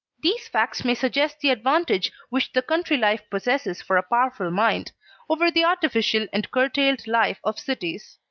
these facts may suggest the advantage which the country-life possesses for a powerful mind over the artificial and curtailed life of cities.